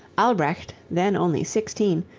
albrecht, then only sixteen,